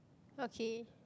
okay